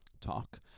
talk